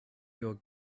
your